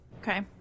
Okay